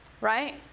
Right